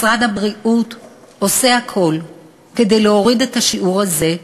משרד הבריאות עושה הכול כדי להוריד את השיעור הזה,